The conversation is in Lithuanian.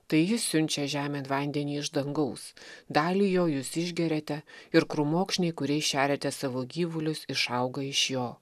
tai jis siunčia žemėn vandenį iš dangaus dalį jo jūs išgeriate ir krūmokšniai kuriais šeriate savo gyvulius išauga iš jo